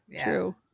True